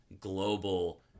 global